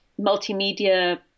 Multimedia